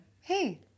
hey